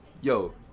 Yo